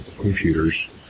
computers